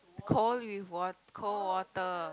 cold with wat~ cold water